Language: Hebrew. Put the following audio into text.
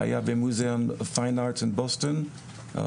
שהיה במוזיאון פיין ארט בבוסטון,